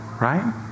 Right